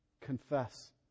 Confess